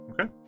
okay